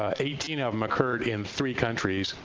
ah eighteen of them occurred in three countries,